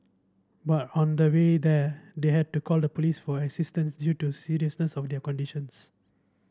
but on the way there they had to call the police for assistance due to seriousness of their conditions